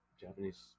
Japanese